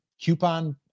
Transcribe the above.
coupon